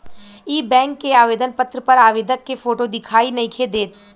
इ बैक के आवेदन पत्र पर आवेदक के फोटो दिखाई नइखे देत